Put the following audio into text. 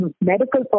medical